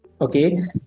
okay